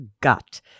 gut